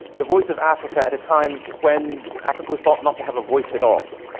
the voice of africa at a time when africa was thought not to have a voice at all.